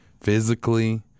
physically